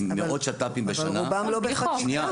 מאות שת"פים בשנה --- אבל רובם לא בחוק.